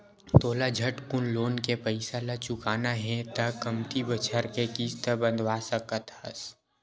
तोला झटकुन लोन के पइसा ल चुकाना हे त कमती बछर के किस्त बंधवा सकस हस